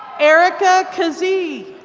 erika kazee.